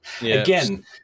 again